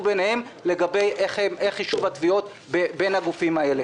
ביניהם לגבי חישוב התביעות בין הגופים הללו.